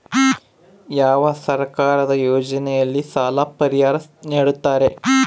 ಯಾವ ಸರ್ಕಾರದ ಯೋಜನೆಯಲ್ಲಿ ಸಾಲ ಪರಿಹಾರ ನೇಡುತ್ತಾರೆ?